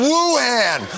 Wuhan